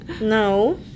No